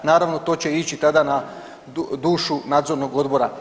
Naravno to će ići tada na dušu nadzornog odbora.